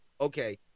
Okay